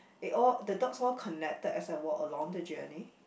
it all the dots all connected as I walk along the journey